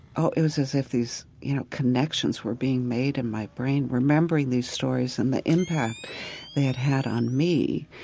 oh, it was as if these, you know, connections were being made in my brain. remembering these stories and the impact they had had on me.